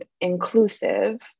inclusive